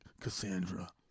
Cassandra